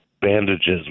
bandages